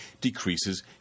decreases